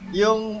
yung